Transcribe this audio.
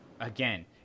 again